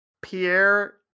Pierre